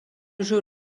jeu